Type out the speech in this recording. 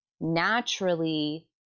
naturally